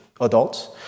adults